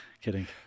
Kidding